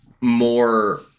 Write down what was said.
more